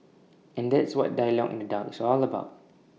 and that's what dialogue in the dark is all about